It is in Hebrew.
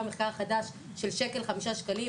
גם המחקר החדש של שקל וחמישה שקלים,